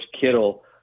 Kittle